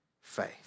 faith